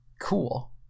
cool